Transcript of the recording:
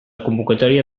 convocatòria